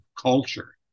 culture